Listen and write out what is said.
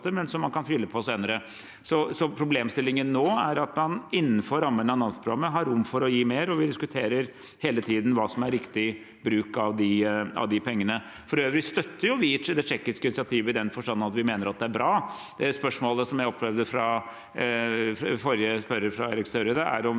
men som man kan fylle på senere. Problemstillingen nå er at man innenfor rammene av Nansen-programmet har rom for å gi mer. Vi diskuterer hele tiden hva som er riktig bruk av de pengene. For øvrig støtter vi det tsjekkiske initiativet i den forstand at vi mener det er bra. Spørsmålet som jeg opplevde kom fra tidligere spørrer, Eriksen Søreide, er om